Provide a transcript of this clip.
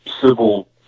civil